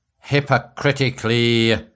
hypocritically